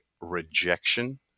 rejection